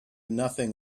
nothing